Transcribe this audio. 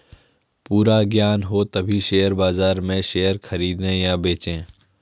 पूरा ज्ञान हो तभी शेयर बाजार में शेयर खरीदे या बेचे